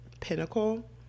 Pinnacle